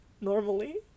normally